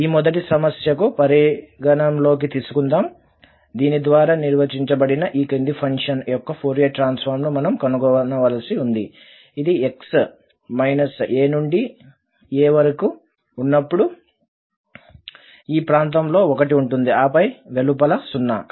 ఈ మొదటి సమస్యను పరిగణనలోకి తీసుకుందాం దీని ద్వారా నిర్వచించబడిన ఈ కింది ఫంక్షన్ యొక్క ఫోరియర్ ట్రాన్సఫార్మ్ ను మనం కనుగొనవలసి ఉంది ఇది x a నుండి a వరకు ఉన్నప్పుడు ఈ ప్రాంతంలో 1 ఉంటుంది ఆపై వెలుపల 0